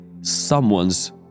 someone's